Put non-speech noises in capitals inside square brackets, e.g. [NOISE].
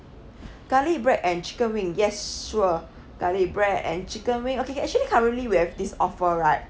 [BREATH] garlic bread and chicken wing yes sure garlic bread and chicken wing okay actually currently we have this offer right